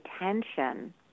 attention